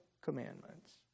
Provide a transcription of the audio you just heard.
commandments